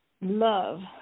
Love